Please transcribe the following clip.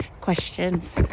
questions